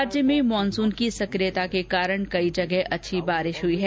राज्य में मॉनसून की सक्रियता के कारण कई जगह अच्छी बारिश हुई है